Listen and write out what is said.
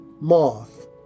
moth